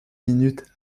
minutes